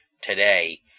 today